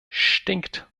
stinkt